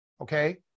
okay